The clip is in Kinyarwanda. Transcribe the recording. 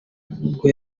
bwo